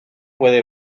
puede